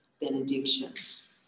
benedictions